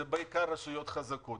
זה בעיקר רשויות מקומיות חזקות.